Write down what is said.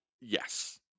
Yes